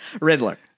Riddler